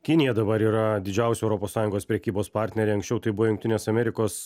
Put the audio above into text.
kinija dabar yra didžiausia europos sąjungos prekybos partnerė anksčiau tai buvo jungtinės amerikos